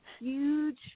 huge